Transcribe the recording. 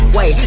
Wait